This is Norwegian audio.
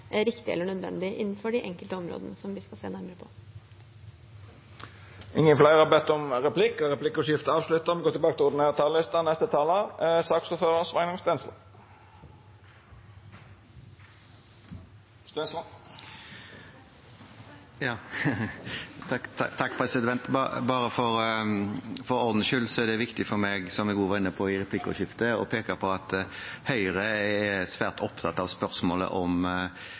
riktig eller nødvendig innenfor de enkelte områdene som vi skal se nærmere på. Replikkordskiftet er avslutta. Bare for ordens skyld er det viktig for meg, som jeg også var inne på i replikkordskiftet, å peke på at Høyre er svært opptatt av spørsmålet om